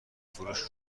فروش